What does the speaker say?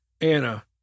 Anna